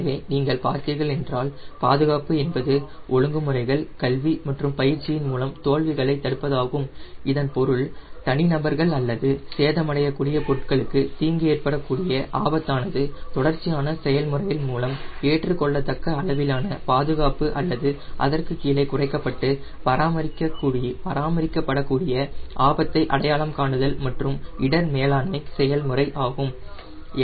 எனவே நீங்கள் பார்த்தீர்கள் என்றால் பாதுகாப்பு என்பது ஒழுங்கு முறைகள் கல்வி மற்றும் பயிற்சியின் மூலம் தோல்விகளைத் தடுப்பதாகும் இதன் பொருள் தனிநபர்கள் அல்லது சேதமடையக்கூடிய பொருட்களுக்கு தீங்கு ஏற்படக்கூடிய ஆபத்தானது தொடர்ச்சியான செயல்முறையின் மூலம் ஏற்றுக்கொள்ளத்தக்க அளவிலான பாதுகாப்பு அல்லது அதற்குக் கீழே குறைக்கப்பட்டு பராமரிக்கப்படக்கூடிய ஆபத்தை அடையாளம் காணுதல் மற்றும் இடர் மேலாண்மை செய்முறை ஆகும்